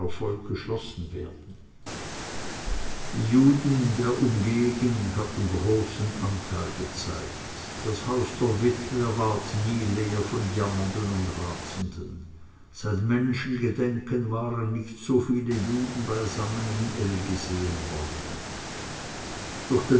geschlossen werden die juden der umgegend hatten großen anteil gezeigt das haus der witwe ward nie leer von jammernden und ratenden seit menschengedenken waren nicht so viel juden beisammen in l gesehen worden durch den